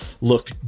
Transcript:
look